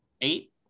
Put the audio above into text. eight